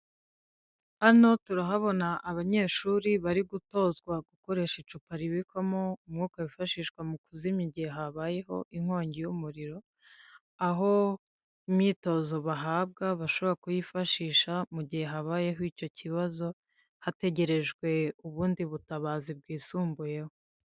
Hano turahabona abanyeshuri bari gutozwa gukoresha icupa ribikwamo umwuka wifashishwa mu kuzimya igihe habayeho inkongi y'umuriro, aho imyitozo bahabwa bashobora kuyifashisha mu gihe habayeho icyo kibazo hategerejwe ubundi butabazi bw'isumbuyeho.